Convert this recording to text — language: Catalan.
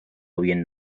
havien